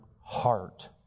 heart